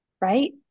right